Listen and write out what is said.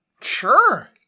Sure